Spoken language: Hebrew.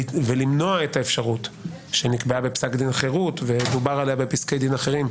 למנוע את האפשרות שנקבעה בפסק דין חירות ודובר עליה בפסקי דין אחרים,